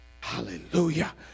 Hallelujah